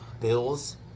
Bills